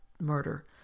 murder